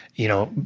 you know,